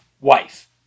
wife